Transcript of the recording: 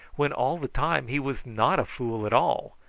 when all the time he was not a fool at all,